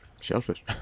Shellfish